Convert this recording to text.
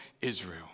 Israel